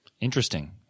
Interesting